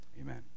Amen